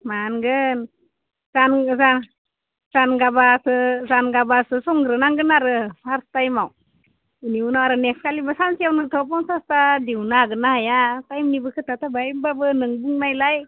मोनगोन जान जानगाबासो जानगाबासो संग्रोनांगोन आरो फार्स्ट टाइमाव इनि उनाव आरो नेक्स्टखालिबो सानसेयावनो पन्सासथा दिहुननो हागोन ना हाया टाइमनिबो खोथा थाबाय होमब्लाबो नों बुंनायलाय